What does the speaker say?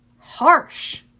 Harsh